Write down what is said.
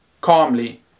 calmly